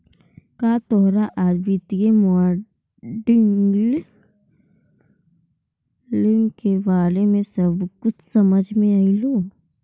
का तोरा आज वित्तीय मॉडलिंग के बारे में कुछ समझ मे अयलो?